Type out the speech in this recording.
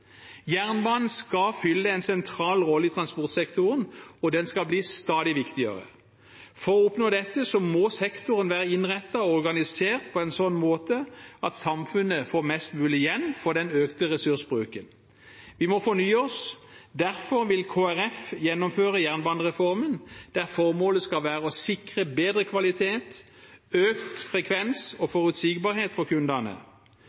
Jernbanen skal fylle en sentral rolle i transportsektoren, og den skal bli stadig viktigere. For å oppnå dette må sektoren være innrettet og organisert på en slik måte at samfunnet får mest mulig igjen for den økte ressursbruken. Vi må fornye oss. Derfor vil Kristelig Folkeparti gjennomføre jernbanereformen, der formålet skal være å sikre bedre kvalitet, økt frekvens og forutsigbarhet for kundene.